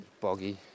boggy